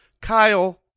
Kyle